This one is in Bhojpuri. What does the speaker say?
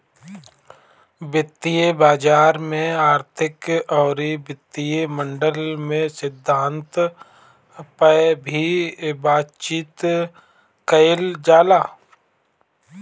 वित्तीय बाजार में आर्थिक अउरी वित्तीय मॉडल के सिद्धांत पअ भी बातचीत कईल जाला